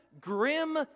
grim